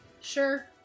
Sure